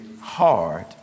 hard